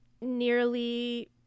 nearly